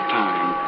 time